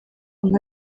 nka